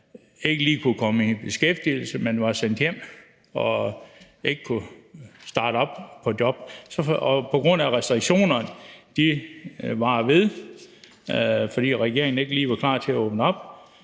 ikke lige kunne komme i beskæftigelse, men var sendt hjem og altså ikke kunne starte på et job. På grund af at restriktionerne varer ved, fordi regeringen ikke lige har været klar til at åbne op,